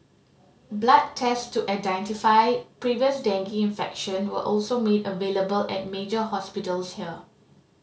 blood tests to identify previous dengue infection were also made available at major hospitals here